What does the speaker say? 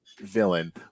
villain